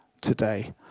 today